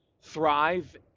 thrive